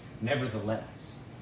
nevertheless